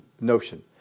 notion